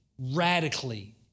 radically